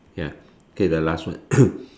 ya okay the last one